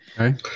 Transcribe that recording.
okay